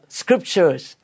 scriptures